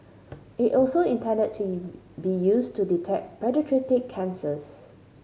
it also intended to be used to detect paediatric cancers